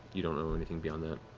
you don't know anything beyond that.